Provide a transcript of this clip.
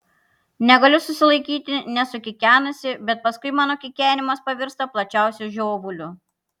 negaliu susilaikyti nesukikenusi bet paskui mano kikenimas pavirsta plačiausiu žiovuliu